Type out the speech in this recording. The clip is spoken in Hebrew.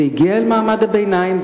זה הגיע אל מעמד הביניים,